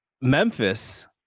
Memphis